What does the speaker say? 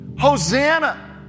Hosanna